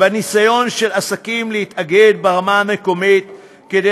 בניסיון של עסקים להתאגד ברמה המקומית כדי